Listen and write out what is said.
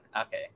Okay